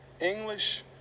English